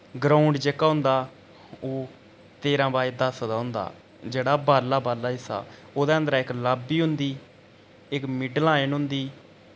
ground जेह्का होंदा ओह् तेरां बाय दस दा होंदा जेह्ड़ा बाह्रला बाह्रला हिस्सा ओह्दे अंदरै इक लाब्बी होंदी इक मिड लाइन होंदी